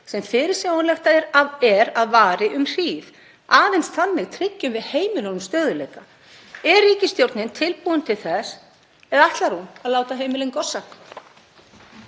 sem fyrirsjáanlegt er að vari um hríð. Aðeins þannig tryggjum við heimilunum stöðugleika. Er ríkisstjórnin tilbúin til þess eða ætlar hún að láta heimilin gossa?